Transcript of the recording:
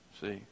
See